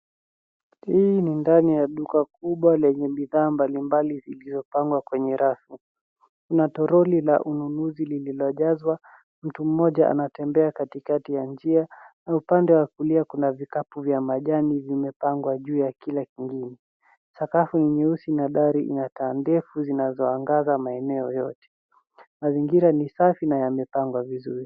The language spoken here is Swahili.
Hii ni ndani ya duka kubwa lenye bidhaa mbalimbali vilivyopangwa kwenye rafu. Kuna toroli la ununuzi lililojazwa. Mtu mmoja anatembea katikati ya njia. Upande wa kulia kuna vikapu vya majani vilivyopangwa juu ya kila kingine. Sakafu ni nyeusi na dari ina taa ndefu zinazoangaza maeneo yote. Mazingira ni safi na yamepangwa vizuri.